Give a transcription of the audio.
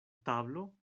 tablo